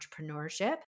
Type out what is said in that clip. entrepreneurship